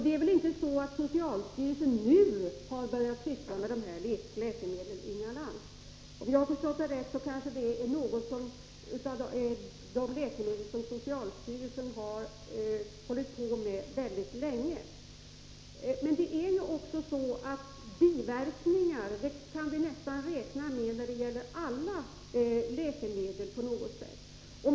Det är väl inte så att socialstyrelsen först nu har börjat syssla med dessa läkemedel, Inga Lantz. Om jag förstått saken rätt, är uppföljning av just dessa läkemedel något som socialstyrelsen hållit på med väldigt länge. Men det är ju också så att vi måste räkna med biverkningar på något sätt när det gäller alla läkemedel.